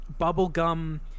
bubblegum